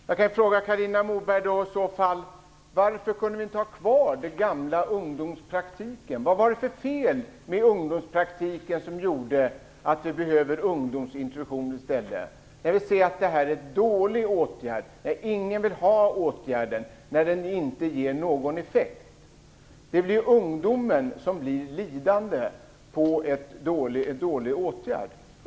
Jag vill fråga Carina Moberg varför ni inte kunde ha kvar den gamla ungdomspraktiken. Vad var det för fel med ungdomspraktiken som gjorde att ni ville sätta in ungdomsintroduktionen i stället? Vi ser att det är en dålig åtgärd, som ingen vill ha, eftersom den inte ger någon effekt. Det är ungdomen som blir lidande av en dålig åtgärd.